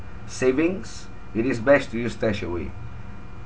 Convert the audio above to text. savings it is best to use stashaway